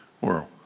world